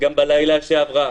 גם בלילה שעבר,